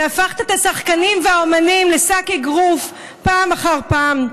והפכת את השחקנים והאומנים לשק אגרוף פעם אחר פעם.